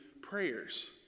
prayers